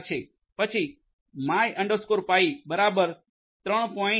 પછી my piમાય pi બરાબર 3